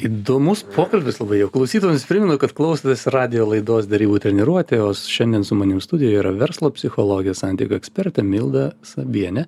įdomus pokalbis labai jau klausytojams primenu kad klausotės radijo laidos derybų treniruotė šiandien su manim studijoj yra verslo psichologė santykių ekspertė milda sabienė